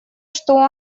что